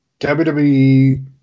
WWE